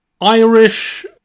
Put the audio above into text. Irish